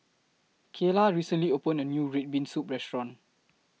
Kaylah recently opened A New Red Bean Soup Restaurant